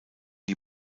die